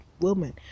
woman